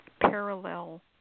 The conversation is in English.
parallel